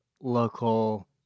local